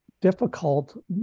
difficult